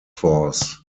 force